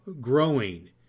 growing